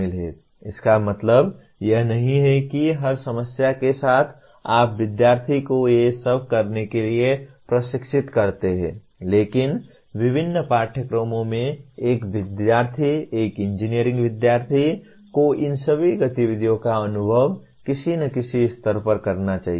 इसका मतलब यह नहीं है कि हर समस्या के साथ आप विद्यार्थी को ये सब करने के लिए प्रशिक्षित करते हैं लेकिन विभिन्न पाठ्यक्रमों में एक विद्यार्थी एक इंजीनियरिंग विद्यार्थी को इन सभी गतिविधियों का अनुभव किसी न किसी स्तर पर करना चाहिए